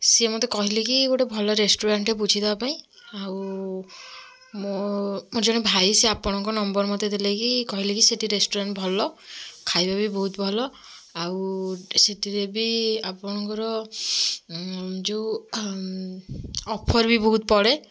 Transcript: ସିଏ ମୋତେ କହିଲେ କି ଗୋଟେ ଭଲ ରେଷ୍ଟୁରାଣ୍ଟ ବୁଝିଦେବା ପାଇଁ ଆଉ ମୋ ମୋ ଜଣେ ଭାଇ ସେ ଆପଣଙ୍କ ନମ୍ବର୍ ମୋତେ ଦେଲେ କି କହିଲେ କି ସେଠି ରେଷ୍ଟୁରାଣ୍ଟ ଭଲ ଖାଇବା ବି ବହୁତ ଭଲ ଆଉ ସେଥିରେବି ଆପଣଙ୍କର ଯେଉଁ ଅଫର୍ବି ବହୁତ ପଡ଼େ